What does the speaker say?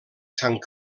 sant